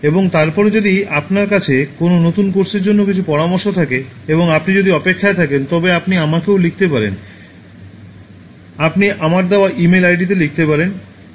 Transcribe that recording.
এবং তারপরে যদি আপনার কাছে কোনও নতুন কোর্সের জন্য কিছু পরামর্শ থাকে এবং আপনি যদি অপেক্ষায় থাকেন তবে আপনি আমাকেও লিখতে পারেন আপনি আমার দেওয়া ইমেল আইডিতে লিখতে পারেন trciitkacin